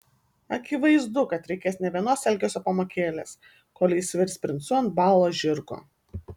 akivaizdu kad reikės ne vienos elgesio pamokėlės kol jis virs princu ant balo žirgo